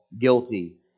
guilty